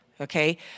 okay